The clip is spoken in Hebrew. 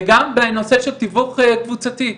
וגם בנושא של תיווך קבוצתי.